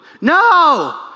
No